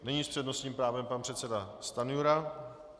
Nyní s přednostním právem pan předseda Stanjura.